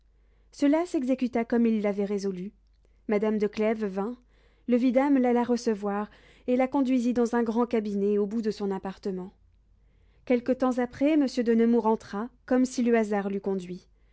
cela s'exécuta comme ils l'avaient résolu madame de clèves vint le vidame l'alla recevoir et la conduisit dans un grand cabinet au bout de son appartement quelque temps après monsieur de nemours entra comme si le hasard l'eût conduit